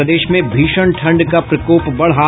और प्रदेश में भीषण ठंड का प्रकोप बढ़ा